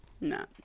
No